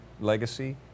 Legacy